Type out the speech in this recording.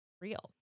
real